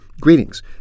Greetings